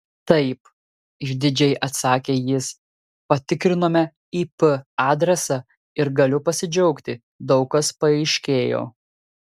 taip išdidžiai atsakė jis patikrinome ip adresą ir galiu pasidžiaugti daug kas paaiškėjo